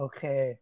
Okay